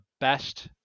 best